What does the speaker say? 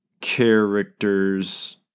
characters